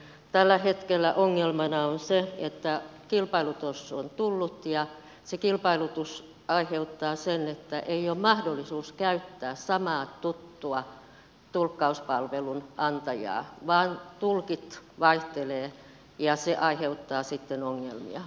tällä hetkellä ongelmana on se että kilpailutus on tullut ja se kilpailutus aiheuttaa sen ettei ole mahdollisuutta käyttää samaa tuttua tulkkauspalvelun antajaa vaan tulkit vaihtelevat ja se aiheuttaa sitten ongelmia